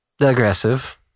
aggressive